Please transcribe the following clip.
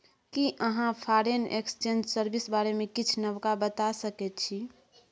कि अहाँ foreign exchange service बारे मे किछ नबका बता सकै छी